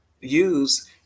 Use